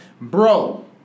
Bro